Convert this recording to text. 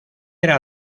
era